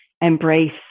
embrace